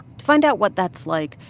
to find out what that's like,